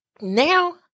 Now